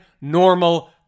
normal